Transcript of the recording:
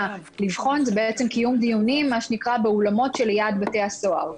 לבחון הוא קיום דיונים באולמות שליד בתי הסוהר,